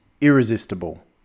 irresistible